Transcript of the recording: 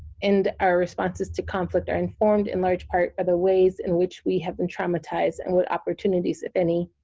and our responses to conflict are informed in large part are the ways in which we have been traumatized, and what opportunities, if any,